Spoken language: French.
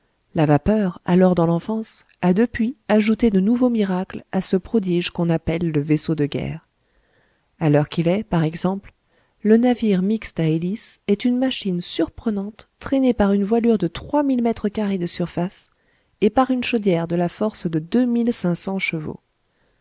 la vapeur alors dans l'enfance a depuis ajouté de nouveaux miracles à ce prodige qu'on appelle le vaisseau de guerre à l'heure qu'il est par exemple le navire mixte à hélice est une machine surprenante traînée par une voilure de trois mille mètres carrés de surface et par une chaudière de la force de